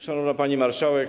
Szanowna Pani Marszałek!